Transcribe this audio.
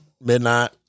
midnight